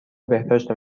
بهداشت